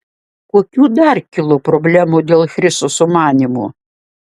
kokių dar kilo problemų dėl chriso sumanymų